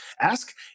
ask